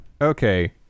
Okay